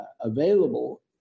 available